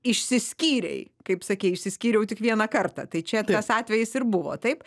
išsiskyrei kaip sakei išsiskyriau tik vieną kartą tai čia tas atvejis ir buvo taip